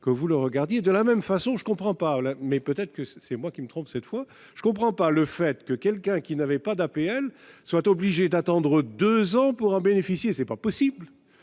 que vous le regardiez de la même façon, je ne comprends pas, mais peut-être que c'est moi qui me trompe cette fois je ne comprends pas le fait que quelqu'un qui n'avait pas d'APL soit obligé d'attendre 2 ans pour en bénéficier, c'est pas possible